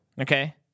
okay